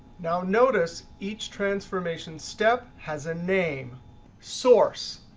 now notice each transformations step has a name source.